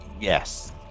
Yes